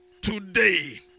today